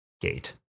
gate